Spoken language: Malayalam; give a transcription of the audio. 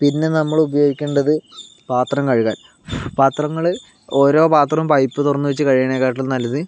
പിന്നെ നമ്മൾ ഉപയോഗിക്കേണ്ടത് പാത്രം കഴുകാൻ പാത്രങ്ങള് ഓരോ പാത്രവും പൈപ്പ് തുറന്നുവെച്ച് കഴുകണെകാട്ടിലും നല്ലത്